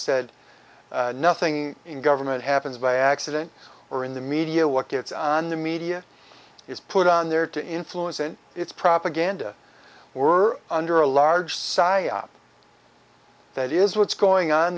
said nothing in government happens by accident or in the media what gets on the media is put on there to influence and it's propaganda we're under a large psyop that is what's going on